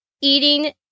eating